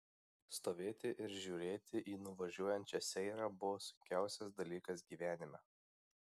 stovėti ir žiūrėti į nuvažiuojančią seirą buvo sunkiausias dalykas gyvenime